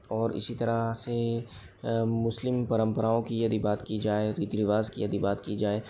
और इसी तरह से मुस्लिम परंपराओं की यदि बात की जाए रीति रिवाज की यदि बात की जाए